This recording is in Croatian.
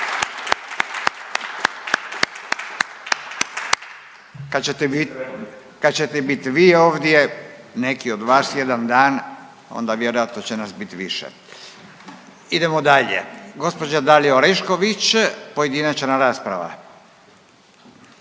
kad ćete bit vi ovdje, neki od vas jedan dan onda vjerojatno će nas bit više. Idemo dalje, gđa. Dalija Orešković pojedinačna rasprava.